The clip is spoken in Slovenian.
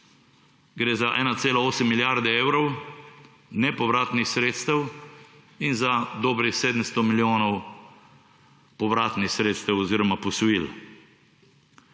Gre za 1,8 milijarde evrov nepovratnih sredstev in za dobrih 700 milijonov povratnih sredstev oziroma posojil.